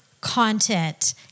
content